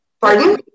pardon